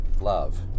love